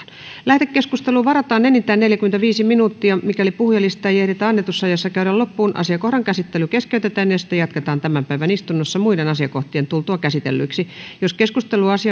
lähetekeskusteluun varataan enintään neljäkymmentäviisi minuuttia mikäli puhujalistaa ei ehditä annetussa ajassa käydä loppuun asiakohdan käsittely keskeytetään ja sitä jatketaan tämän päivän istunnossa muiden asiakohtien tultua käsitellyiksi jos keskustelu